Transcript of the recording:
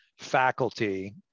faculty